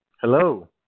Hello